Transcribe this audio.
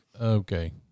Okay